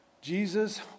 Jesus